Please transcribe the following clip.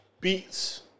beats